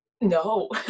no